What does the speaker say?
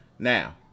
now